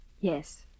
Yes